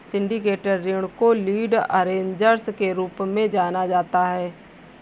syndicated ऋण को lead arrangers के रूप में जाना जाता है